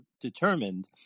determined